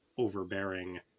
overbearing